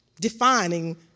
defining